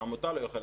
העמותה לא יכולה,